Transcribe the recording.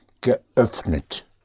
geöffnet